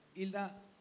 Hilda